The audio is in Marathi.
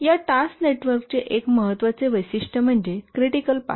या टास्क नेटवर्कचे एक महत्त्वाचे वैशिष्ट्य म्हणजे क्रिटिकल पाथ